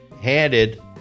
handed